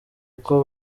uko